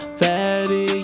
fatty